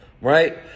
Right